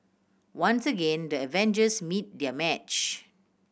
once again the Avengers meet their match